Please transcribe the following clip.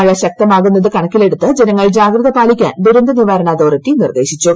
മഴ ശക്തമാകുന്നത് കണക്കിലെടുത്ത് ജനങ്ങൾ ജാഗ്രത പാലിക്കാൻ ദുരന്ത നിവാരണ അതോറിറ്റി നിർദ്ദേശിച്ചു